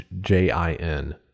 J-I-N